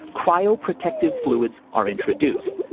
cryo protective fluids are introduced.